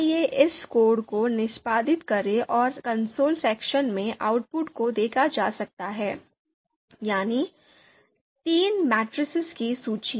आइए इस कोड को निष्पादित करें और कंसोल सेक्शन में आउटपुट को देखा जा सकता है यानी तीन मैट्रिसेस की सूची